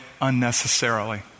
unnecessarily